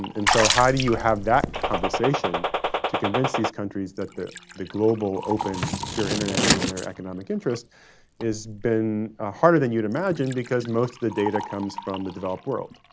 and so how do you have that conversation to convince these countries that the the global open secure internet is in their economic interests has been harder than you'd imagine because most of the data comes from the developed world.